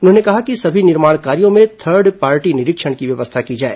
उन्होंने कहा कि सभी निर्माण कार्यो में थर्ड पार्टी निरीक्षण की व्यवस्था की जाए